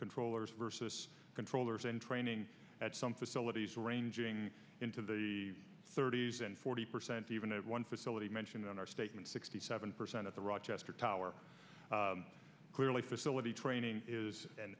controllers versus controllers in training at some facilities ranging into the thirty's and forty percent or even one facility mentioned on our statement sixty seven percent of the rochester tower clearly facility training is an